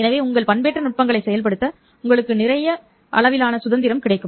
எனவே உங்கள் பண்பேற்ற நுட்பங்களை செயல்படுத்த உங்களுக்கு நிறைய டிகிரி சுதந்திரம் கிடைக்கும்